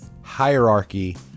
hierarchy